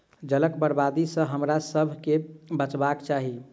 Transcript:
जलक बर्बादी सॅ हमरासभ के बचबाक चाही